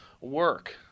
work